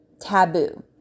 taboo